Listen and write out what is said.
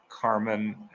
Carmen